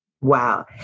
Wow